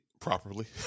properly